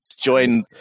join